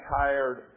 tired